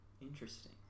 interesting